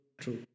true